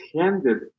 handed